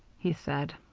he said.